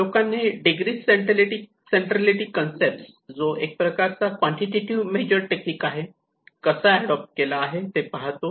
लोकांनी degree centrality concept जो एक प्रकारचा क्वांटिटेटिव्ह मेजर टेक्निक आहे कसा ऍडॉप्ट केला आहे ते पाहतो